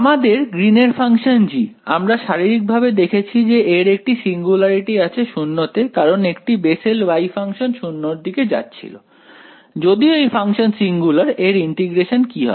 আমাদের গ্রীন এর function G আমরা শারীরিক ভাবে দেখেছি যে এর একটি সিঙ্গুলারিটি আছে 0 তে কারণ একটি বেসেল Y ফাংশন 0 এর দিকে যাচ্ছিল যদিও এই ফাংশন সিঙ্গুলার এর ইন্টিগ্রেশন কি হবে